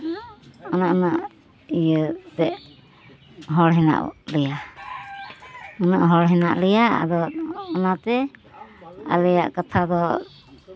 ᱚᱱᱮ ᱚᱱᱟ ᱤᱭᱟᱹ ᱛᱮ ᱦᱚᱲ ᱦᱮᱱᱟᱜ ᱞᱮᱭᱟ ᱩᱱᱟᱹᱜ ᱦᱚᱲ ᱦᱮᱱᱟᱜ ᱞᱮᱭᱟ ᱟᱫᱚ ᱚᱱᱟᱛᱮ ᱟᱞᱮᱭᱟᱜ ᱠᱟᱛᱷᱟ ᱫᱚ